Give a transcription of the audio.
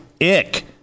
ick